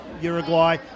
Uruguay